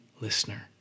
listener